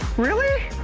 really?